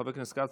חבר הכנסת כץ,